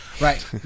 right